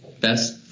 best